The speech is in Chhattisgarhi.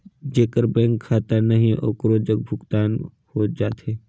जेकर बैंक खाता नहीं है ओकरो जग भुगतान हो जाथे?